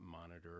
monitor